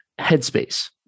headspace